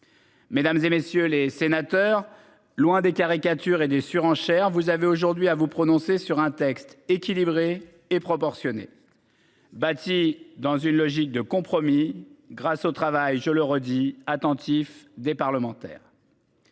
Mesdames, et messieurs les sénateurs, loin des caricatures et des surenchères. Vous avez aujourd'hui à vous prononcer sur un texte équilibré et proportionné. Bâti dans une logique de compromis grâce au travail, je le redis attentif des parlementaires.